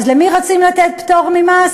אז למי רצים לתת פטור ממס?